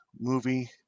movie